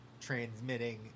transmitting